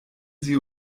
sie